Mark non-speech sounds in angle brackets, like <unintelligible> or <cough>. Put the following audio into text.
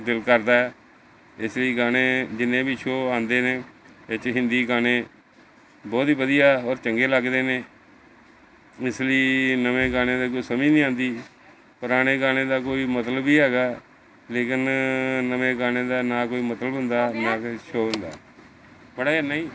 ਦਿਲ ਕਰਦਾ ਇਸ ਲਈ ਗਾਣੇ ਜਿੰਨੇ ਵੀ ਸ਼ੋ ਆਉਂਦੇ ਨੇ ਇਹ 'ਚ ਹਿੰਦੀ ਗਾਣੇ ਬਹੁਤ ਹੀ ਵਧੀਆ ਔਰ ਚੰਗੇ ਲੱਗਦੇ ਨੇ ਇਸ ਲਈ ਨਵੇਂ ਗਾਣਿਆਂ ਦੇ ਕੋਈ ਸਮਝ ਨਹੀਂ ਆਉਂਦੀ ਪੁਰਾਣੇ ਗਾਣੇ ਦਾ ਕੋਈ ਮਤਲਬ ਵੀ ਹੈਗਾ ਲੇਕਿਨ ਨਵੇਂ ਗਾਣੇ ਦਾ ਨਾ ਕੋਈ ਮਤਲਬ ਹੁੰਦਾ ਨਾ ਕੋਈ ਸ਼ੋ ਹੁੰਦਾ <unintelligible>